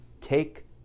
Take